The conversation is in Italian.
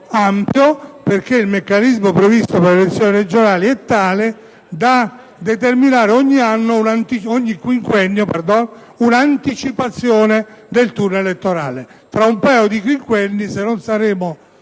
perché il meccanismo previsto per le elezioni regionali è tale da determinare ogni quinquennio un'anticipazione del turno elettorale. Tra un paio di quinquenni, se su questo